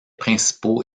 principaux